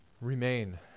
Remain